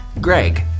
Greg